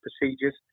procedures